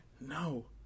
No